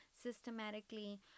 Systematically